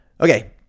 Okay